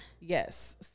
Yes